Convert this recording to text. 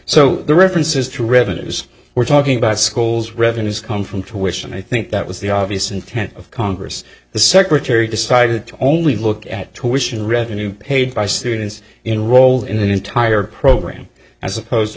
so the references to revenues were talking about schools revenues come from to which and i think that was the obvious intent of congress the secretary decided to only look at torsion revenue paid by students enroll in an entire program as opposed to